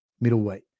middleweight